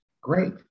great